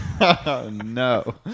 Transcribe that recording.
No